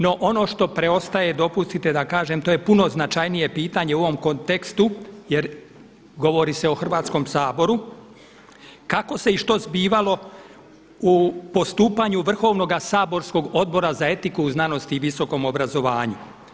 No ono što preostaje dopustite da kažem, to je puno značajnije pitanje u ovom kontekstu jer govori se o Hrvatskom saboru, kako se i što zbivalo u postupanju vrhovnoga saborskog Odbora za etiku u znanosti i visokom obrazovanju.